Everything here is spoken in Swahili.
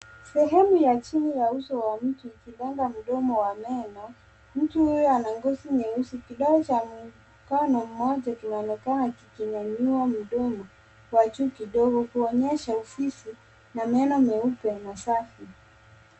Sehemu ya chini ya uso wa mtu ikilenga mdomo wa meno . Mtu huyu ana ngozi nyeusi. Kidole cha mkono mmoja kinaonekana kikinyanyua mdomo wa juu kidogo kuonyesha ufizi na meno meupe na safi .